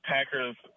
Packers